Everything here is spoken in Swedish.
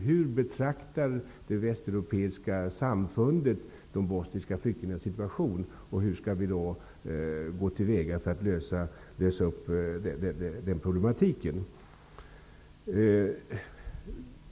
Hur betraktar det västeuropeiska samfundet de bosniska flyktingarnas situation, och hur skall vi gå till väga för att lösa denna problematik?